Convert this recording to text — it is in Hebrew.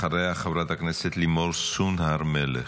אחריה, חברת הכנסת לימור סון הר מלך.